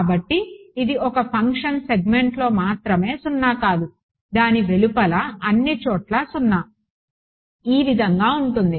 కాబట్టి ఇది ఒక ఫంక్షన్ సెగ్మెంట్లో మాత్రమే సున్నా కాదు దాని వెలుపల అన్ని చోట్లా సున్నా ఈ విధంగా ఉంటుంది